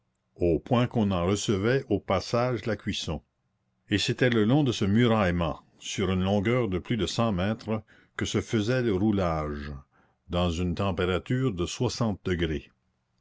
au point qu'on en recevait au passage la cuisson et c'était le long de ce muraillement sur une longueur de plus de cent mètres que se faisait le roulage dans une température de soixante degrés